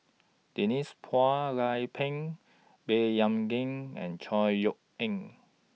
Denise Phua Lay Peng Baey Yam Keng and Chor Yeok Eng